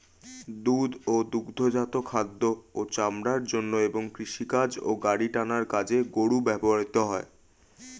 দুধ ও দুগ্ধজাত খাদ্য ও চামড়ার জন্য এবং কৃষিকাজ ও গাড়ি টানার কাজে গরু ব্যবহৃত হয়